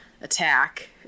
attack